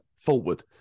forward